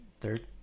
third